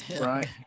right